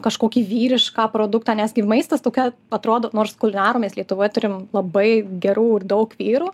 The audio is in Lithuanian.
kažkokį vyrišką produktą nes kaip maistas tokia atrodo nors kulinarų mes lietuvoj turim labai gerų ir daug vyrų